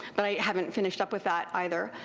but i havenit finished up with that either.